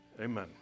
Amen